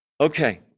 Okay